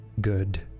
good